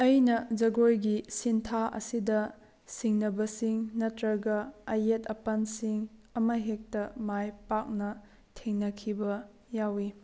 ꯑꯩꯅ ꯖꯒꯣꯏꯒꯤ ꯁꯤꯟꯊꯥ ꯑꯁꯤꯗ ꯁꯤꯡꯅꯕ ꯁꯤꯡ ꯅꯠꯇꯔꯒ ꯑꯌꯦꯠ ꯑꯄꯟ ꯁꯤꯡ ꯑꯃ ꯍꯦꯛꯇ ꯃꯥꯏ ꯄꯥꯛꯅ ꯊꯦꯡꯅꯈꯤꯕ ꯌꯥꯎꯏ